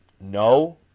no